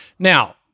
Now